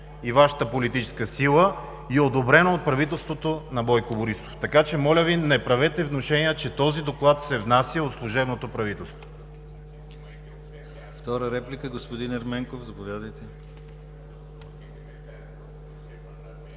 и Вашата политическа сила и е одобрен от правителството на Бойко Борисов. Моля Ви, не правете внушения, че този доклад се внася от служебното правителство.